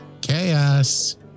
chaos